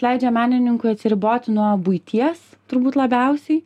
leidžia menininkui atsiriboti nuo buities turbūt labiausiai